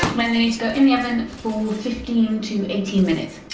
um and they need to go in the oven for fifteen to eighteen minutes